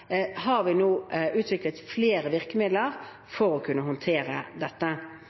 vi skal gjøre – har utviklet flere virkemidler for å kunne håndtere dette.